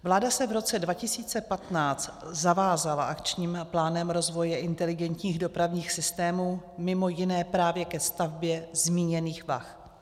Vláda se v roce 2015 zavázala Akčním plánem rozvoje inteligentních dopravních systémů mimo jiné právě ke stavbě zmíněných vah.